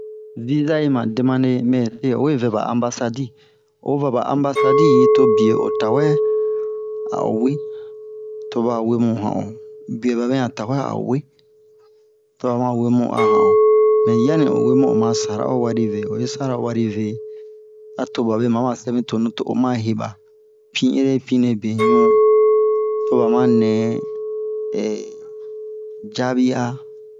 viza yi ma demande mɛ se o wee vɛ ɓa anbasadi o va ɓa anbasadi to biye o tawɛ a o wee to ɓa we mu han o biye ɓaɓe ɲan tawɛ a wee to ɓa ma wee mu a han o mɛ yanni o wee mu oma sara o wari ve oyi sara o wari ve a to ɓaɓe mama sɛ mi tonu to oma heɓa pin ere pinle beɲu to ɓa ma nɛ jabi a